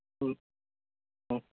ಹ್ಞೂ ಹ್ಞೂ